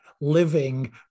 living